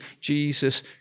Jesus